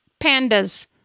pandas